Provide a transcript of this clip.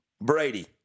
Brady